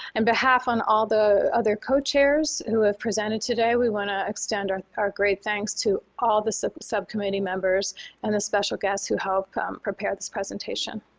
and behalf on all the other co-chairs who have presented today, we want to extend our our great thanks to all the subcommittee members and the special guests who helped prepare this presentation.